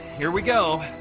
here we go